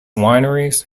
wineries